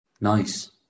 Nice